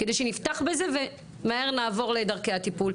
כדי שנפתח בזה ומהר נעבור לדרכי הטיפול.